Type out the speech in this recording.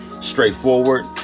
straightforward